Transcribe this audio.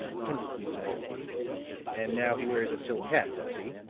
pendleton said and now he wears a silk hat, does he?